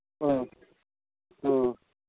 ꯑ ꯑ